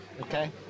Okay